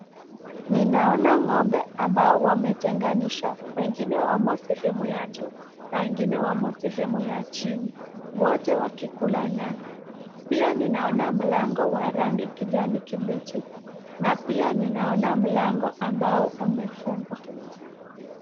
Ninaona ng'ombe ambao wametanganishwa, wengine wamo sehemu ya juu na wengine wamo sehemu ya chini, wote wakikula nyasi pia ninaona mlango wa rangi kibichi na pia ninaona mlango ambao imefungwa.